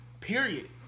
period